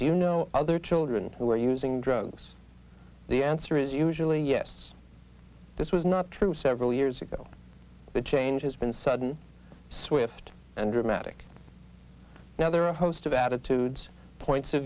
know other children who are using drugs the answer is usually yes this was not true several years ago the change has been sudden swift and dramatic now there are a host of attitudes points of